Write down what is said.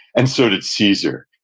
and so did caesar.